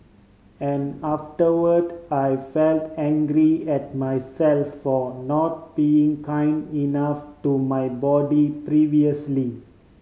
and afterward I felt angry at myself for not being kind enough to my body previously